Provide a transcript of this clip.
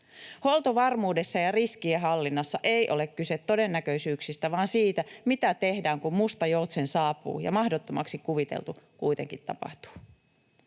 Huoltovarmuudessa ja riskienhallinnassa ei ole kyse todennäköisyyksistä, vaan siitä, mitä tehdään, kun musta joutsen saapuu ja mahdottomaksi kuviteltu kuitenkin tapahtuu.